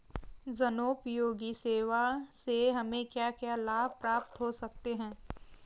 जनोपयोगी सेवा से हमें क्या क्या लाभ प्राप्त हो सकते हैं?